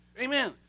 Amen